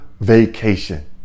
vacation